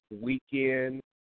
weekend